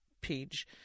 page